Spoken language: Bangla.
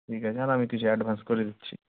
ঠিক আছে আর আমি কিছু অ্যাডভান্স করে দিচ্ছি